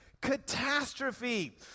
catastrophe